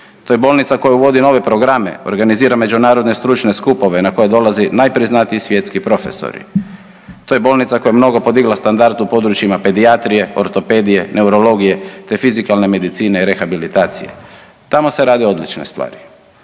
To je bolnica koja vodi nove programe, organizira međunarodne stručne skupove na koje dolaze najpriznatiji svjetski profesori. To je bolnica koja je mnogo podigla standard u područjima pedijatrije, ortopedije, neurologije te fizikalne medicine i rehabilitacije. Tamo se rade odlične stvari.